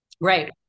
right